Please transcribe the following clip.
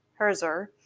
Herzer